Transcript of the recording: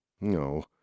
No